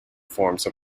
forms